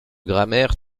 grammaire